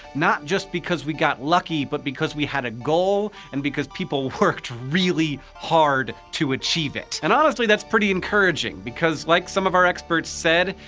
not just because we got lucky but because we had a goal and because people worked really hard to achieve it. and honestly, that's pretty encouraging because like some of our experts said,